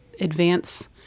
advance